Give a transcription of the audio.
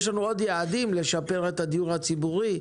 יש לנו עוד יעדים לשפר את הדיור הציבורי,